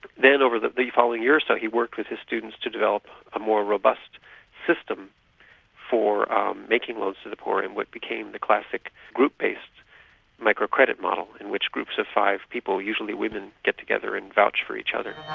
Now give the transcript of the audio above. then over the the following years that he worked with his students to develop a more robust system for making loans to the poor in what became the classic group-based microcredit model in which groups of five people, usually women, get together and vouch for each other.